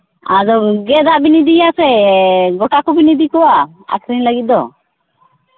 ᱟᱫᱚ ᱜᱮᱫᱟᱜ ᱵᱮᱱ ᱤᱫᱤᱭᱟᱥᱮ ᱜᱳᱴᱟ ᱠᱚᱵᱮᱱ ᱤᱫᱤ ᱠᱚᱣᱟ ᱟᱹᱠᱷᱨᱤᱧ ᱞᱟᱹᱜᱤᱫ ᱫᱚ